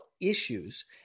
issues